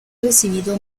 recibido